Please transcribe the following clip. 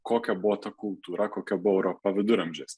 kokia buvo ta kultūra kokia buvo europa viduramžiais